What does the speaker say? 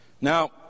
Now